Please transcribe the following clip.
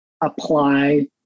apply